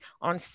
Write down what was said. on